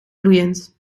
vloeiend